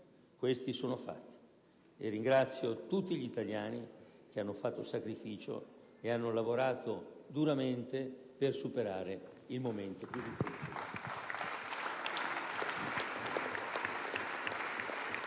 questi sono fatti, e ringrazio tutti gli italiani che hanno fatto un sacrificio e hanno lavorato duramente per superare il momento più difficile.